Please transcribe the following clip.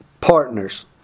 partners